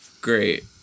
Great